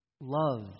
Love